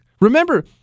remember